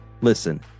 Listen